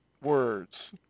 words